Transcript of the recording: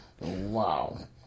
Wow